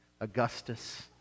Augustus